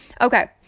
Okay